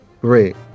great